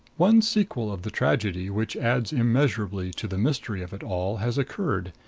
one sequel of the tragedy, which adds immeasurably to the mystery of it all, has occurred,